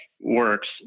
works